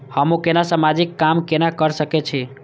हमू केना समाजिक काम केना कर सके छी?